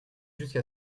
jusquà